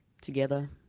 together